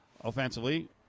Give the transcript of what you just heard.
offensively